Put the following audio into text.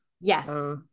yes